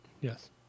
Yes